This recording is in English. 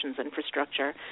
infrastructure